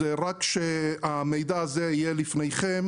רק שהמידע הזה יהיה לפניכם.